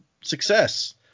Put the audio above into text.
success